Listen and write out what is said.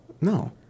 No